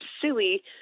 silly